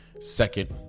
Second